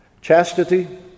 chastity